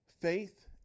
Faith